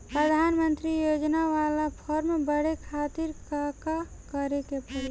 प्रधानमंत्री योजना बाला फर्म बड़े खाति का का करे के पड़ी?